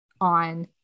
on